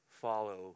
follow